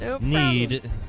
need